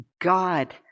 God